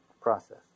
process